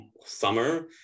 summer